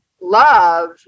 love